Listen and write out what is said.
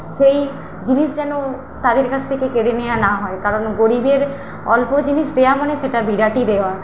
সেই জিনিস যেন তাদের কাছ থেকে কেড়ে নেওয়া না হয় কারণ গরিবের অল্প জিনিস দেওয়া মানে সেটা বিরাটই দেওয়া